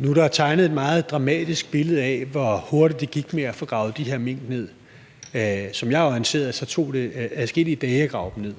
Nu er der tegnet et meget dramatisk billede af, hvor hurtigt det gik med at få gravet de her mink ned. Som jeg er orienteret, tog det adskillige dage at grave dem ned.